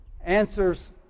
answers